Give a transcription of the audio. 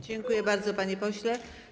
Dziękuję bardzo, panie pośle.